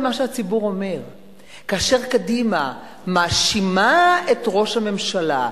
כאשר קדימה מאשימה את ראש הממשלה,